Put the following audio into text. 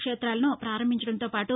క్షేతాలను ప్రారంభించడంతోపాటు